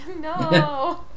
No